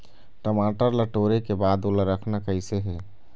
टमाटर ला टोरे के बाद ओला रखना कइसे हे?